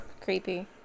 Creepy